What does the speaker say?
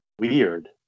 weird